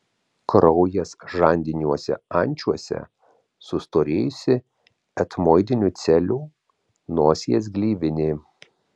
kraujas žandiniuose ančiuose sustorėjusi etmoidinių celių nosies gleivinė